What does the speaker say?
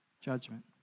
judgment